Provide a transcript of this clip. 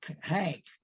Hank